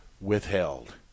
withheld